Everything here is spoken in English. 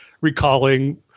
recalling